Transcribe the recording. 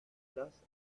places